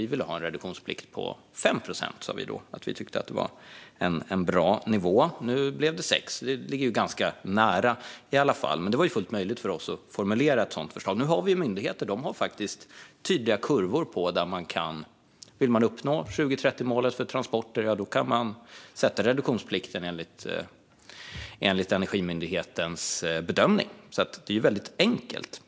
Vi tyckte då att en reduktionsplikt på 5 procent var en bra nivå. Nu blev det 6 procent. Det ligger i alla fall ganska nära. Men det var fullt möjligt för oss att formulera ett sådant förslag. Det finns myndigheter som har tydliga kurvor. Om man vill nå 2030-målet för transporter kan man sätta reduktionsplikten enligt Energimyndighetens bedömning. Det är väldigt enkelt.